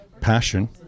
passion